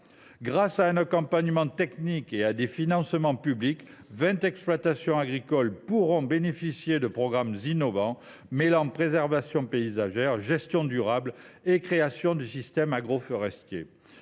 Grâce à un accompagnement technique et à des financements publics, vingt exploitations agricoles pourront profiter de programmes innovants, mêlant préservation paysagère, gestion durable et création de systèmes agroforestiers.